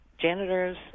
janitors